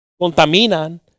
contaminan